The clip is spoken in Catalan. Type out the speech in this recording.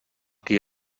qui